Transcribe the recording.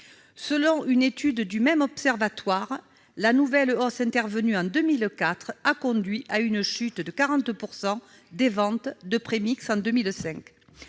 Selon une étude du même observatoire, la nouvelle hausse intervenue en 2004 a conduit à une chute de 40 % des ventes de premix en 2005.